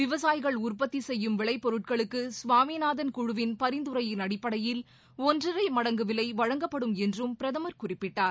விவசாயிகள் உற்பத்தி செய்யும் விளைபொருட்களுக்கு சுவாமிநாதன் குழுவின் பரிந்துரையின் அடிப்படையில் ஒன்றரை மடங்கு விலை வழங்கப்படும் என்றும் பிரதமர் குறிப்பிட்டார்